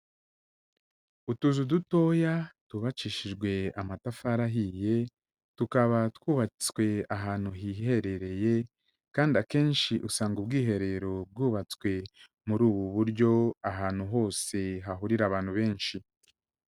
Utuzu dutoya twubakishijwe amatafari ahiye, tukaba twubatswe ahantu hiherereye kandi akenshi usanga ubwiherero bwubatswe muri ubu buryo ahantu hose hahurira abantu benshi.